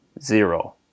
zero